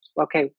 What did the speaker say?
okay